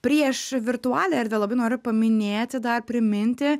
prieš virtualią erdvę labai noriu paminėti dar priminti